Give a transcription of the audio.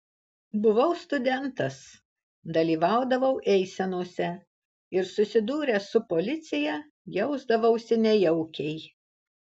buvau studentas dalyvaudavau eisenose ir susidūręs su policija jausdavausi nejaukiai